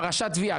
פרשת תביעה.